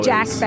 Jack